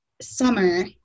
summer